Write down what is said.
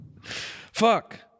Fuck